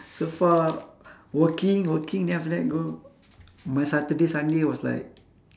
so far working working then after that go my saturday sunday was like